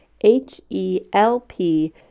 H-E-L-P